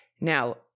Now